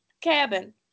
cabin